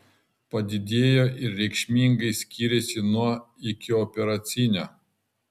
padidėjo ir reikšmingai skyrėsi nuo ikioperacinio